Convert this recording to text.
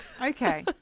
Okay